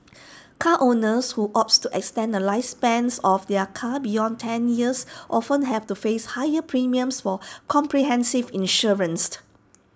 car owners who opt to extend the lifespan of their car beyond ten years often have to face higher premiums for comprehensive insurance